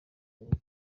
urugo